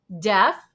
death